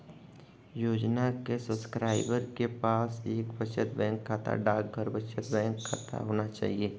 योजना के सब्सक्राइबर के पास एक बचत बैंक खाता, डाकघर बचत बैंक खाता होना चाहिए